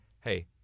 hey